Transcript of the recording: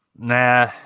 nah